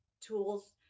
tools